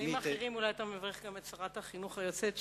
בימים אחרים אולי היית מברך גם את שרת החינוך היוצאת,